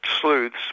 sleuths